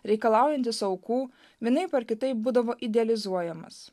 reikalaujantis aukų vienaip ar kitaip būdavo idealizuojamas